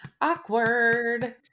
Awkward